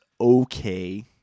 okay